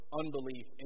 unbelief